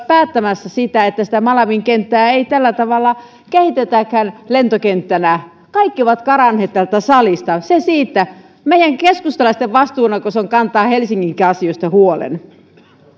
päättämässä että malmin kenttää ei tällä tavalla kehitetäkään lentokenttänä kaikki ovat karanneet täältä salista se siitä meidän keskustalaisten vastuunako on kantaa helsinginkin asioista huoli